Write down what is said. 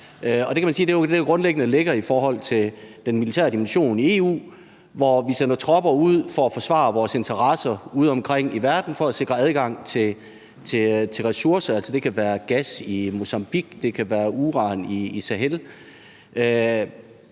at det jo grundlæggende er det, der ligger i den militære dimension i EU, hvor vi sender tropper ud for at forsvare vores interesser udeomkring i verden for at sikre adgang til ressourcer – det kan være gas i Mozambique, eller det kan være uran i Sahel.